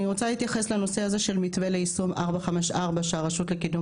אני רוצה להתייחס לנושא הזה של מתווה ליישום 454 שהרשות לקידום